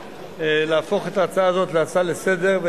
להפוך את ההצעה הזאת להצעה לסדר-היום,